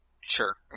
Sure